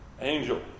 Angel